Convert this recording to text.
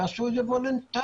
תעשו את זה וולונטרי.